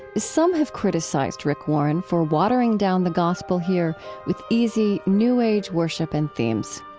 some have criticized rick warren for watering down the gospel here with easy, new age worship and themes.